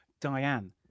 Diane